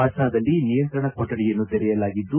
ಪಾಟ್ನಾದಲ್ಲಿ ನಿಯಂತ್ರಣ ಕೊಠಡಿಯನ್ನು ತೆರೆಯಲಾಗಿದ್ದು